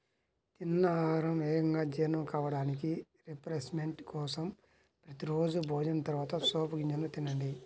తిన్న ఆహారం వేగంగా జీర్ణం కావడానికి, రిఫ్రెష్మెంట్ కోసం ప్రతి రోజూ భోజనం తర్వాత సోపు గింజలను తినండి